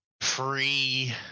pre